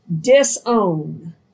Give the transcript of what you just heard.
disown